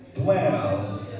Dwell